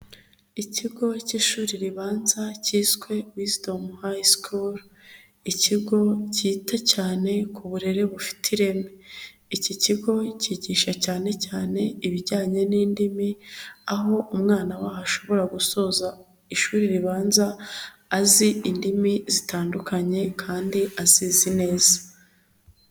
Ikigo cy'ishuri ribanza cyiswe wizidomu hayi sukuru ikigo cyita cyane ku burere bufite ireme, iki kigo cyigisha cyane cyane ibijyanye n'indimi aho umwana waho ashobora gusoza ishuri ribanza azi indimi zitandukanye kandi azizi neza.